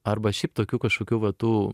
arba šiaip tokių kažkokių va tų